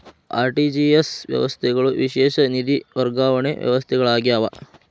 RTGS ವ್ಯವಸ್ಥೆಗಳು ವಿಶೇಷ ನಿಧಿ ವರ್ಗಾವಣೆ ವ್ಯವಸ್ಥೆಗಳಾಗ್ಯಾವ